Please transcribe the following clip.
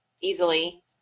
easily